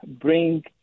bring